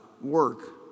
work